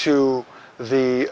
to the